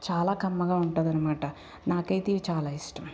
చాలా కమ్మగా ఉంటుంది అనమాట నాకైతే ఇవి చాలా ఇష్టం